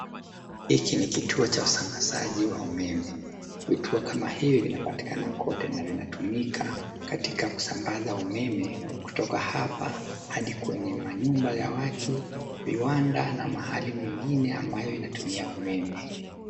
Hiki ni kituo cha usambazaji wa umeme. Vituo kama hivi vinapatikana kote, na vinatumika, katika kusambaza umeme, kutoka hapa, hadi kwenye manyumba ya watu, viwanda, na mahali nyingine ambayo inatumia umeme.